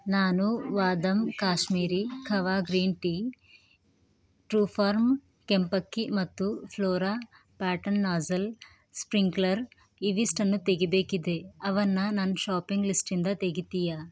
ನಾನು Vahdam Kashmiri kahwa green tea Truefarm ಕೆಂಪಕ್ಕಿ ಮತ್ತು ಫ್ಲೋರಾ ಪ್ಯಾಟರ್ನ್ ನಾಝಲ್ ಸ್ಪ್ರಿಂಕ್ಲರ್ ಇವಿಷ್ಟನ್ನು ತೆಗೀಬೇಕಿದೆ ಅವನ್ನು ನನ್ನ ಶಾಪಿಂಗ್ ಲಿಸ್ಟಿಂದ ತೆಗೀತೀಯಾ